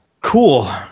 Cool